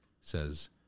says